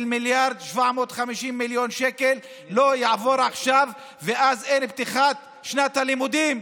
1.75 מיליארד לא יעבור עכשיו ואז אין פתיחת שנת לימודים.